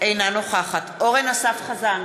אינה נוכחת אורן אסף חזן,